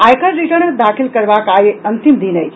आयकर रिटर्न दाखिल करबाक आइ अंतिम तिथि अछि